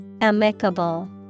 Amicable